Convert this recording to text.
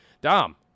Dom